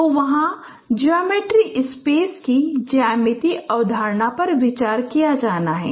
तो वहाँ geometry space की ज्यामिति अवधारणा पर विचार किया जाना है